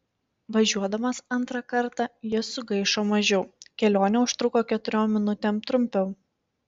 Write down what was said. važiuodamas antrą kartą jis sugaišo mažiau kelionė užtruko keturiom minutėm trumpiau